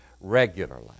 regularly